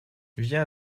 viens